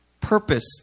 purpose